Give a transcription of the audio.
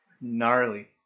Gnarly